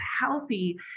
healthy